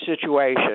situation